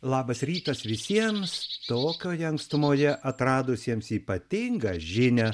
labas rytas visiems tokioje atstumoje atradusiems ypatingą žinią